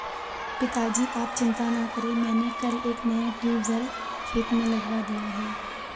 पिताजी आप चिंता ना करें मैंने कल एक नया ट्यूबवेल खेत में लगवा दिया है